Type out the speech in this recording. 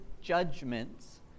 judgments